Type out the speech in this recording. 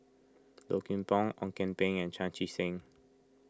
Low Kim Pong Ong Kian Peng and Chan Chee Seng